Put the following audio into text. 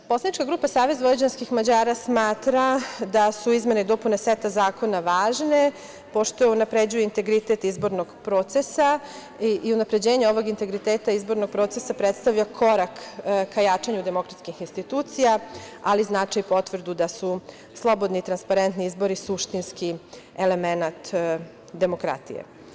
Poslanička grupa SVM smatra da su izmene i dopune seta zakona važne pošto unapređuje integritet izbornog procesa i unapređenje ovog integriteta izbornog procesa predstavlja korak ka jačanju demokratskih institucija, ali značajnu potvrdu da su slobodni, transparentni izbori suštinski elemenat demokratije.